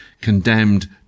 condemned